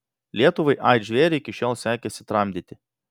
lietuvai aids žvėrį iki šiol sekėsi tramdyti